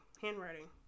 Handwriting